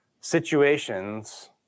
situations